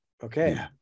Okay